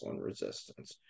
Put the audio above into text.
resistance